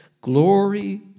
Glory